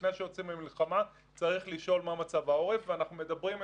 לפני שיוצאים למלחמה צריך לשאול מה מצב העורף ואנחנו מדברים,